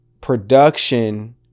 production